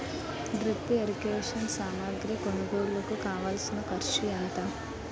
drip irrigation సామాగ్రి కొనుగోలుకు కావాల్సిన ఖర్చు ఎంత